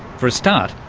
for a start,